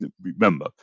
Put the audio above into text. remember